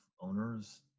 owners